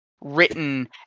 written